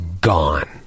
gone